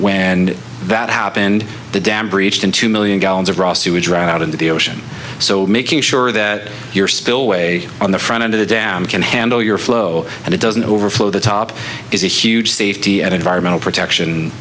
and that happened the dam breached and two million gallons of raw sewage ran out into the ocean so making sure that your spillway on the front end of the dam can handle your flow and it doesn't overflow the top is a huge safety and environmental protection